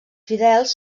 fidels